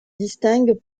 distinguent